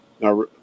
now